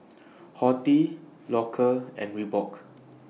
Horti Loacker and Reebok